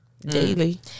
Daily